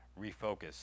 refocus